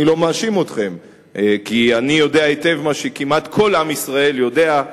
אני לא מאשים אתכם כי אני יודע היטב מה שכמעט כל עם ישראל יודע,